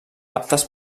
aptes